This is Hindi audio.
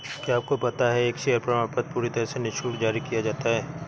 क्या आपको पता है एक शेयर प्रमाणपत्र पूरी तरह से निशुल्क जारी किया जाता है?